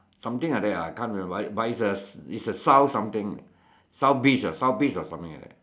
something like that ah I can't remember but but it is a South some thing South beach ah South beach or something like that